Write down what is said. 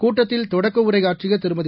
கூட்டத்தில் தொடக்கவுரை ஆற்றிய திருமதி